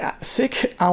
Sick